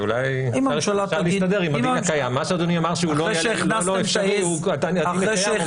מה שאדוני אמר שהוא לא אפשרי, זה קיים היום.